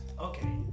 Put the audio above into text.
Okay